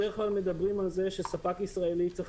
בדרך כלל מדברים על זה שספק ישראלי צריך